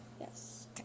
Yes